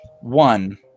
one